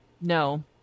No